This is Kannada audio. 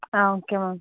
ಹಾಂ ಓಕೆ ಮ್ಯಾಮ್